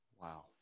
Wow